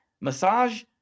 massage